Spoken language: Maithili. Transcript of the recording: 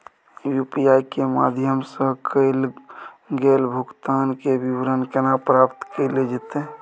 यु.पी.आई के माध्यम सं कैल गेल भुगतान, के विवरण केना प्राप्त कैल जेतै?